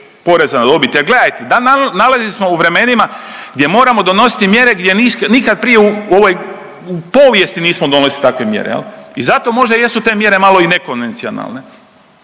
Poreza na dobit jer gledajte, nalazimo se u vremenima gdje moramo donositi mjere gdje nikad prije u povijesti nismo donosili takve mjere. I zato možda jesu te mjere i malo nekonvencionalne,